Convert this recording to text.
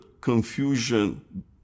confusion